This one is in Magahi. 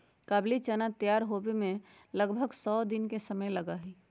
काबुली चना तैयार होवे में लगभग सौ दिन के समय लगा हई